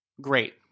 Great